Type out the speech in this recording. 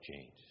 change